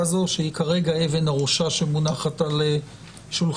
הזו שהיא כרגע אבן הראשה שמונחת על שולחננו,